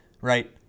right